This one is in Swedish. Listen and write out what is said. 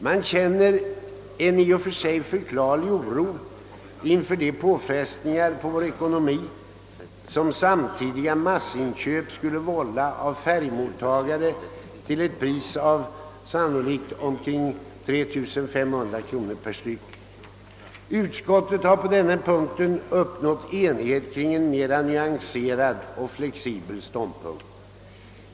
Man känner tydligen en i och för sig förklarlig oro inför de påfrestningar på vår ekonomi som skulle kunna vållas av samtidiga massinköp av färgmottagare till ett pris av sannolikt omkring 3 500 kronor per styck. Utskottet har på denna punkt uppnått enighet kring en mer nyanserad och flexibel ståndpunkt.